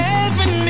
Heaven